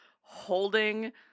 holding